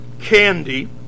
candy